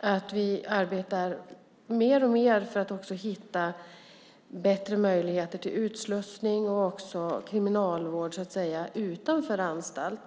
arbetar vi dock mer och mer för att hitta bättre möjligheter till utslussning och kriminalvård utanför anstalt.